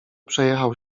przejechał